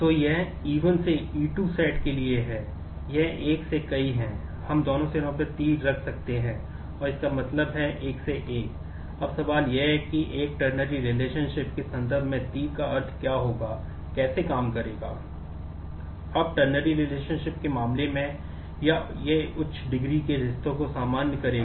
तो यह E1 से E2 सेट के संदर्भ में तीर का अर्थ क्या होगा कैसे काम करेगा